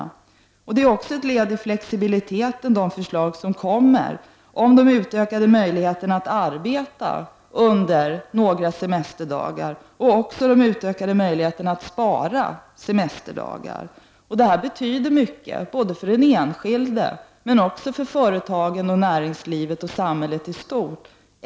De förslag som kommer att läggas fram utgör också ett led i frågan om de utökade möjligheterna att arbeta under några semesterdagar liksom de utökade möjligheterna att spara semesterdagar. Det här betyder mycket för den enskilde, företagen, näringslivet och för samhället i stort.